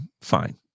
fine